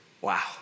Wow